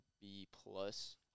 B-plus